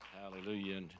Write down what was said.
Hallelujah